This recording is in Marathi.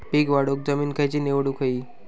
पीक वाढवूक जमीन खैची निवडुक हवी?